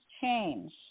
change